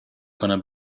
کنم